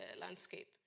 landscape